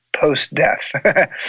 Post-death